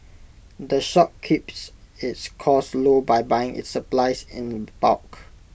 the shop keeps its costs low by buying its supplies in bulk